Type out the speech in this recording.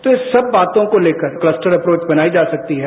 तो इस सब बातों को लेकर क्लस्टर अप्रोच बनाई जा सकती है